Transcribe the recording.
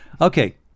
Okay